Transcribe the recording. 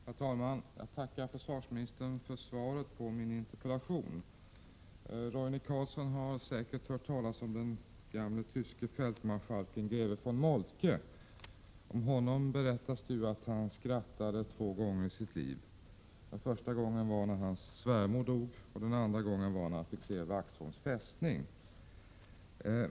Herr talman! Jag tackar försvarsministern för svaret på min interpellation. Roine Carlsson har säkert hört talas om den gamle tyske fältmarskalken greve von Moltke. Om honom berättas det att han skrattade endast två gånger i sitt liv. Den första gången var när hans svärmor dog, och den andra gången var när han fick se Vaxholms fästning.